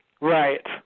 Right